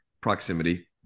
proximity